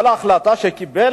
כל החלטה שהוא קיבל,